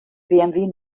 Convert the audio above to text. bmw